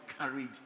carried